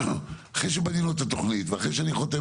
אחרי שבנינו את התוכנית ואחרי שאני חותם